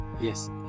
Yes